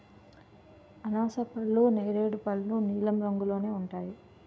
అనాసపళ్ళు నేరేడు పళ్ళు నీలం రంగులోనే ఉంటాయి